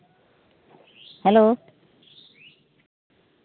hello